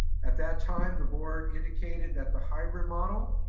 at that time, the board indicated that the hybrid model